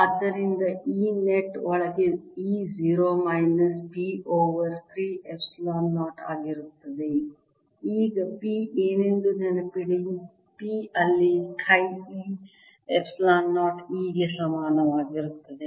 ಆದ್ದರಿಂದ E net ಒಳಗೆ E 0 minus P over 3 epsilon 0ಆಗಿರುತ್ತದೆ ಈಗ P ಏನೆಂದು ನೆನಪಿಡಿ P ಅಲ್ಲಿ ಚಿ e ಎಪ್ಸಿಲಾನ್ 0 E ಗೆ ಸಮಾನವಾಗಿರುತ್ತದೆ